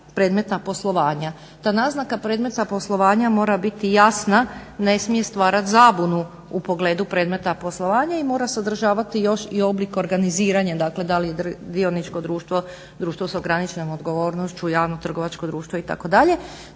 Ta naznaka predmeta poslovanja mora biti jasna, ne smije stvarat zabunu u pogledu predmeta poslovanja i mora sadržavat još i oblik organiziranja, dakle da li je dioničko društvo, društvo s ograničenom odgovornošću, javno trgovačko društvo itd.,